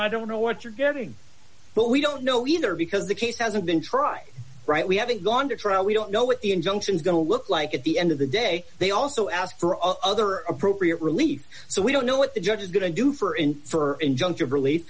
i don't know what you're getting but we don't know either because the case hasn't been tried right we haven't gone to trial we don't know what the injunction is going to look like at the end of the day they also ask for all other appropriate relief so we don't know what the judge is going to do for and for injunctive relief